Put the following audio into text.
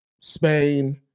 Spain